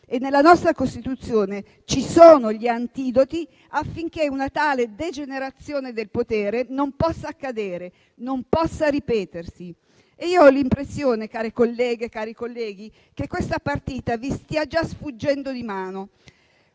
e nella nostra Costituzione ci sono gli antidoti affinché una tale degenerazione del potere non possa accadere e non possa ripetersi. Ho l'impressione, care colleghe e cari colleghi, che questa partita vi stia già sfuggendo di mano.